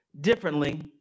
differently